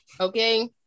Okay